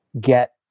get